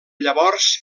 llavors